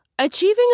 Achieving